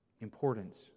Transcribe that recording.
importance